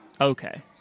Okay